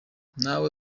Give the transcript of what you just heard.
nawe